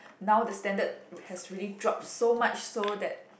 now the standard has really drop so much so that